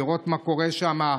לראות מה קורה שם,